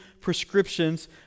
prescriptions